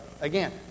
Again